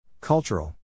Cultural